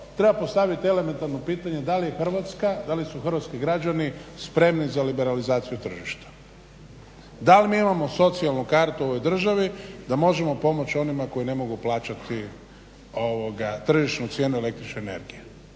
treba postaviti elementarno pitanje da li je Hrvatska, da li su hrvatski građani spremni za liberalizaciju tržišta? Da li mi imamo socijalnu kartu u ovoj državi da možemo pomoći onima koji ne mogu plaćati tržišnu cijenu električne energije?